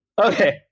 Okay